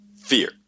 fear